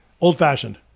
Old-fashioned